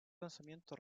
lanzamiento